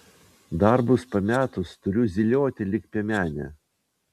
darbus pametus turiu zylioti lyg piemenė